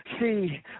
See